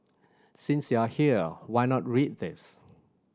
since you are here why not read this